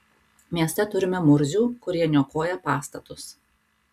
mieste turime murzių kurie niokoja pastatus